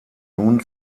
nun